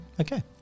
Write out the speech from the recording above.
Okay